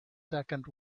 second